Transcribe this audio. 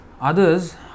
others